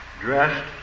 dressed